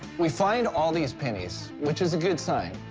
we find all these pennies, which is a good sign.